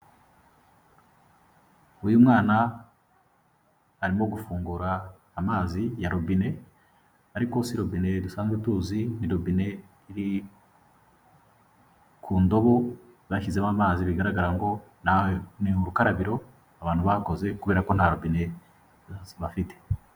Uyu mwana arimo gufungura amazi ya robine, ariko si robine dusanzwe tuzi ni robine iri ku ndobo bashyizemo amazi bigaragara ngo ni urukarabiro abantu bakoze kubera ko nta robine bafite.